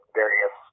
various